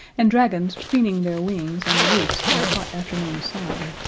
and dragons preening their wings on the roofs in the hot afternoon sun.